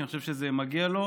כי אני חושב שזה מגיע לו.